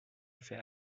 fait